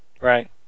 Right